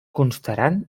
constaran